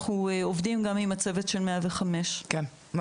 אנחנו עובדים גם עם הצוות של 105. מה